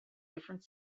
different